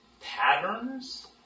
patterns